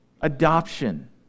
adoption